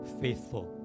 faithful